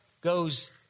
goes